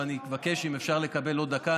ואני מבקש לקבל עוד דקה,